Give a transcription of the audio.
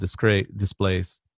displays